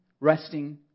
resting